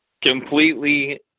Completely